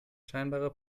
scheinbare